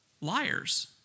liars